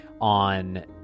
on